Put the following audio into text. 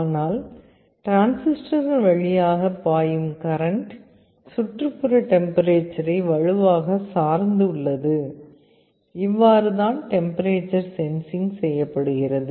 ஆனால் டிரான்சிஸ்டர்கள் வழியாக பாயும் கரன்ட் சுற்றுப்புற டெம்பரேச்சரை வலுவாக சார்ந்து உள்ளது இவ்வாறுதான் டெம்பரேச்சர் சென்சிங் செய்யப்படுகிறது